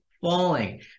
falling